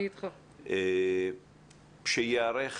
שייערך